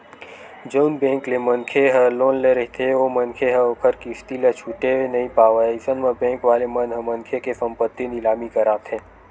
जउन बेंक ले मनखे ह लोन ले रहिथे ओ मनखे ह ओखर किस्ती ल छूटे नइ पावय अइसन म बेंक वाले मन ह मनखे के संपत्ति निलामी करथे